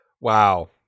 Wow